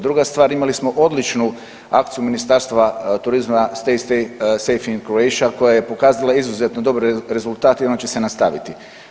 Druga stvar, imali smo odličnu akciju Ministarstva turizma „Safe stay in Croatia“ koja je pokazala izuzetno dobre rezultate i ona će se nastaviti.